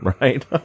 Right